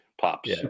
pops